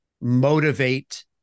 motivate